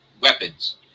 weapons